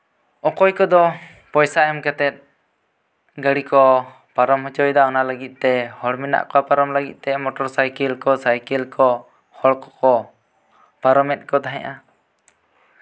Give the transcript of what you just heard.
ᱚᱠᱚᱭ ᱠᱚᱫᱚ ᱯᱚᱭᱥᱟ ᱮᱢ ᱠᱟᱛᱮᱫ ᱜᱟᱹᱰᱤ ᱠᱚ ᱯᱟᱨᱚᱢ ᱦᱚᱪᱚ ᱮᱫᱟ ᱚᱱᱟ ᱞᱟᱹᱜᱤᱫ ᱛᱮ ᱦᱚᱲ ᱢᱮᱱᱟᱜ ᱠᱚᱣᱟ ᱯᱟᱨᱚᱢ ᱞᱟᱹᱜᱤᱫ ᱛᱮ ᱢᱚᱴᱚᱨ ᱥᱟᱭᱠᱮᱞ ᱠᱚ ᱥᱟᱭᱠᱮᱞ ᱠᱚ ᱦᱚᱲ ᱠᱚᱠᱚ ᱯᱟᱨᱚᱢᱮᱫ ᱠᱚ ᱛᱟᱦᱮᱸᱫᱼᱟ